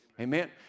amen